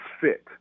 fit